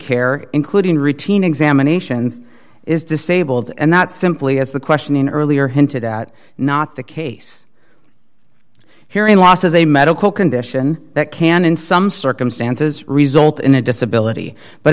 care including routine examinations is disabled and not simply as the questioning earlier hinted at not the case hearing loss is a medical condition that can in some circumstances result in a disability but